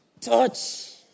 touch